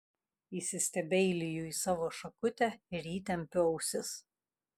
įsistebeiliju į savo šakutę ir įtempiu ausis